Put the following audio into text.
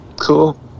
Cool